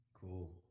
cool